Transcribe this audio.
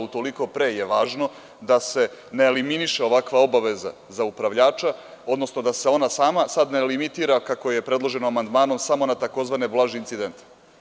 Utoliko pre je važno da se ne eliminiše ovakva obaveza za upravljača, odnosno da se ona sama ne limitira kako je predloženo amandmanom, samo na tzv. blaže incidente.